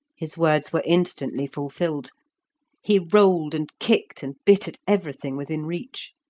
his words were instantly fulfilled he rolled, and kicked, and bit at everything within reach.